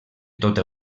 tota